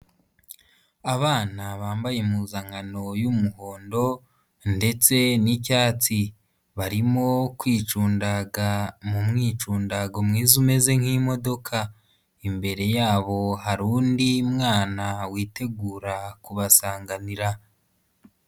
Abana bambaye impuzankano y'umuhondo ndetse n'icyatsi, barimo kwicundaga mu mwicundago mwiza umeze nk'imodoka, imbere yabo hari undi mwana witegura kubasanganira.